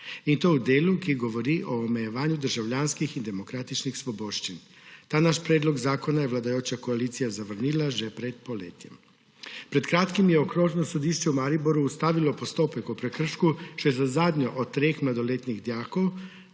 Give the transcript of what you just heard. in to v delu, ki govori o omejevanju državljanskih in demokratičnih svoboščin. Ta naš predlog zakona je vladajoča koalicija zavrnila že pred poletjem. Pred kratkim je Okrožno sodišče v Mariboru ustavilo postopek o prekršku še za zadnjo dijakinjo od treh mladoletnih dijakov,